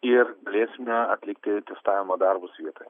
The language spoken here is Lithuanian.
ir galėsime atlikti testavimo darbus vietoje